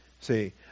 see